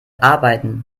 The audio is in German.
arbeiten